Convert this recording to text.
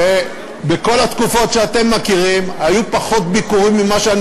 שבכל התקופות שאתם מכירים היו פחות ביקורים ממה שאני